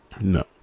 No